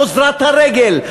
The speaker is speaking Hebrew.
אוזלת הרגל,